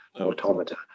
automata